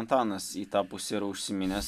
antanas į tą pusę yra užsiminęs